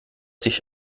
sich